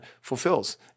fulfills